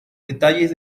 detalles